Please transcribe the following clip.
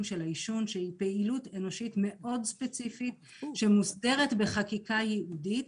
של העישון שהוא פעילות אנושית מאוד ספציפית שמוסדרת בחקיקה ייעודית.